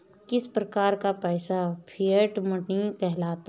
किस प्रकार का पैसा फिएट मनी कहलाता है?